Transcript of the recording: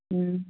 ꯎꯝ